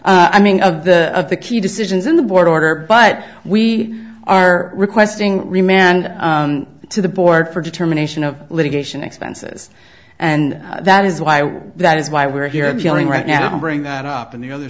but i mean of the of the key decisions in the board order but we are requesting remand to the board for determination of litigation expenses and that is why that is why we're here appealing right now to bring that up on the other